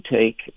take